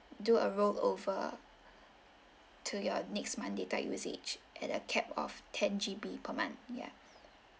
do a roll over to your next month data usage at the cap of ten G_B per month ya